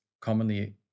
commonly